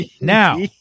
Now